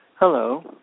Hello